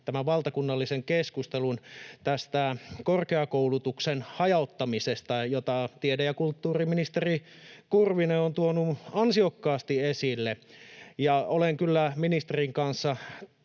valtakunnallisen keskustelun korkeakoulutuksen hajauttamisesta, jota tiede‑ ja kulttuuriministeri Kurvinen on tuonut ansiokkaasti esille. Olen kyllä ministerin kanssa